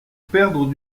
perdre